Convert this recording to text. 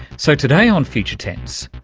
so, today on future tense,